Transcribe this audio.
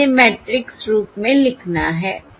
अब इसे मैट्रिक्स रूप में लिखना है